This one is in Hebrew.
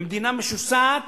במדינה משוסעת